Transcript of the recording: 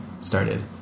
started